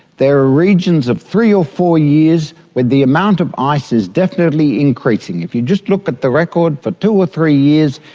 there are regions of three or four years when the amount of ice is definitely increasing. if you just look at the record for two or three years,